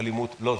לא,